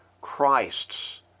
Christ's